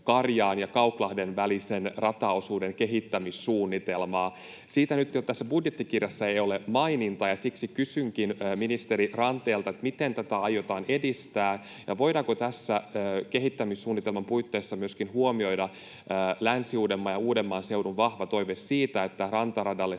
ja Kauklahden välisen rataosuuden kehittämissuunnitelmaa. Siitä nyt tässä budjettikirjassa ei ole mainintaa, ja siksi kysynkin ministeri Ranteelta: Miten tätä aiotaan edistää? Voidaanko kehittämissuunnitelman puitteissa huomioida myöskin Länsi-Uudenmaan ja Uudenmaan seudun vahva toive siitä, että rantaradalle